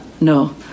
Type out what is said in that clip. No